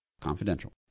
Confidential